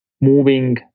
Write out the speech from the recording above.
moving